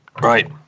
Right